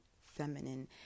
feminine